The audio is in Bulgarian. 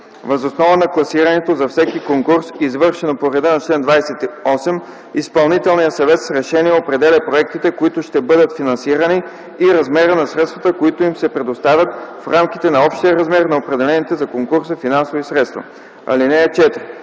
Въз основа на класирането за всеки конкурс, извършено по реда на чл. 28, Изпълнителният съвет с решение определя проектите, които ще бъдат финансирани, и размера на средствата, които им се предоставят, в рамките на общия размер на определените за конкурса финансови средства. (4)